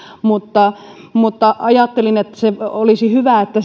mutta mutta ajattelin että olisi hyvä että